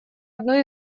одну